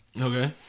okay